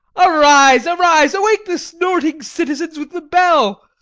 arise, arise awake the snorting citizens with the bell,